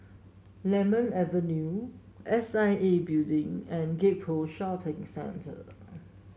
Lemon Avenue S I A Building and Gek Poh Shopping Centre